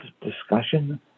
discussion